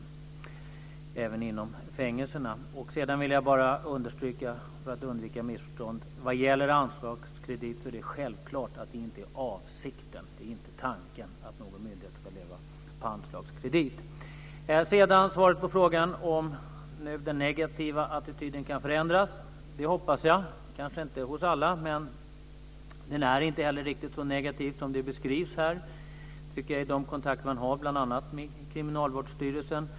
Det gäller även inom fängelserna. Jag vill också bara för att undvika missförstånd understryka att tanken självfallet inte är den att någon myndighet ska leva på anslagskredit. Som svar på frågan om den negativa attityden kan förändras vill jag säga att jag hoppas det. Den förändras kanske inte hos alla, men den är inte heller riktigt så negativ som det beskrivs här. Det framgår av de kontakter jag har bl.a. med Kriminalvårdsstyrelsen.